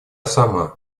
сама